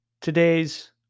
today's